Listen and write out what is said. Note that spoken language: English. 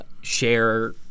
share